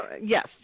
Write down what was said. yes